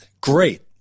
Great